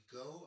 go